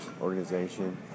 Organization